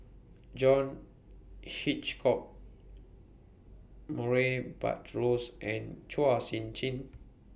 John Hitchcock Murray Buttrose and Chua Sian Chin